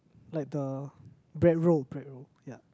like the bread roll bread roll ya